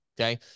okay